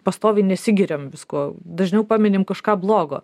pastoviai nesigiriam viskuo dažniau paminim kažką blogo